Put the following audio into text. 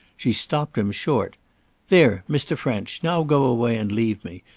she stopped him short there, mr. french! now go away and leave me.